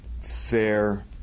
fair